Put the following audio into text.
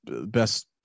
best